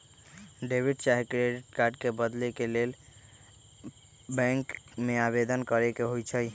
debit चाहे credit card के बदले के लेल बैंक में आवेदन करेके होइ छइ